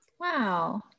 Wow